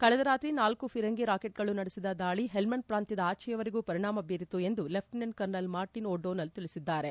ಕಳೆದ ರಾತ್ರಿ ನಾಲ್ಕು ಫಿರಂಗಿ ರಾಕೆಟ್ಗಳು ನಡೆಸಿದ ದಾಳಿ ಹೆಲ್ಮಂಡ್ ಪ್ರಾಂತ್ಯದ ಆಜೆಯವರೆಗೂ ಪರಿಣಾಮ ಬೀರಿತು ಎಂದು lieutenant colonel Martin O'Donnell ತಿಳಿಸಿದ್ದಾರೆ